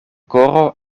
koro